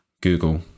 Google